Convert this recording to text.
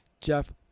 Jeff